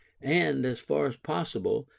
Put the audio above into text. and, as far as possible,